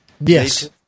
yes